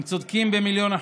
הם צודקים במיליון אחוז: